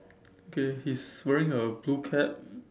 okay he's wearing a blue cap